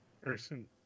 person